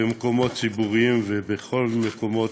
במקומות ציבוריים ובכל המקומות,